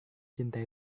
cinta